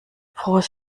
frohes